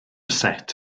set